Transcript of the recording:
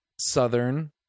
southern